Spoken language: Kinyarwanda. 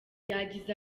yagize